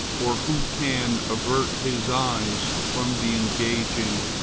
or who can avert his eyes from the engaging,